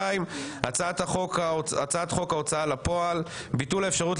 הצעת חוק ההוצאה לפועל (תיקון - ביטול האפשרות